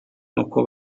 nk’uko